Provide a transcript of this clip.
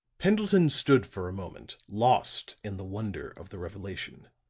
pendleton stood for a moment, lost in the wonder of the revelation